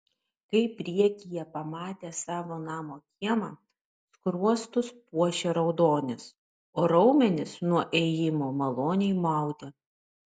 kai priekyje pamatė savo namo kiemą skruostus puošė raudonis o raumenis nuo ėjimo maloniai maudė